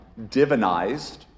divinized